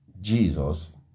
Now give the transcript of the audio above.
Jesus